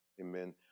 amen